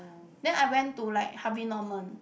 then I went to like Harvey Norman